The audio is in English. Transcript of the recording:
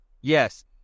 Yes